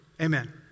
Amen